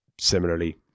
similarly